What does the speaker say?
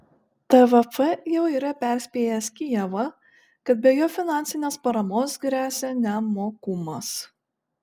tvf jau yra perspėjęs kijevą kad be jo finansinės paramos gresia nemokumas